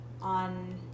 on